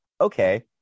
okay